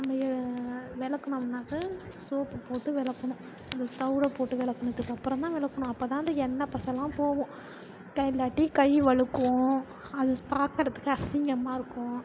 விளக்குனோம்னாக்கா சோப்பு போட்டு விளக்கணும் அந்த தவிட போட்டு விளக்குனத்துக்கு அப்புறம் தான் விளக்கணும் அப்போது தான் அந்த எண்ணெய் பசைலாம் போகும் இல்லாட்டி கை வழுக்கும் அது பார்க்குறதுக்கு அசிங்கமாக இருக்கும்